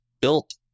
built